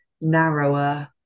narrower